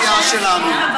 בסיעה שלנו.